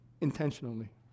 intentionally